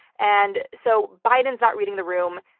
and so biden's not reading the room.